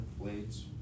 blades